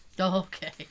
Okay